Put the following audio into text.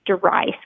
dry